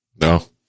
No